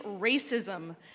racism